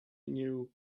knew